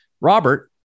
Robert